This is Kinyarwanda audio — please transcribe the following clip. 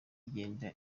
ikagenda